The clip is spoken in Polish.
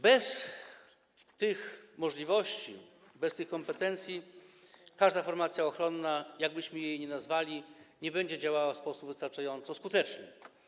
Bez tych możliwości, bez tych kompetencji żadna formacja ochronna, jakkolwiek byśmy ją nazwali, nie będzie działała w sposób wystarczająco skuteczny.